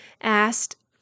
asked